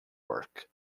work